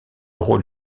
rôle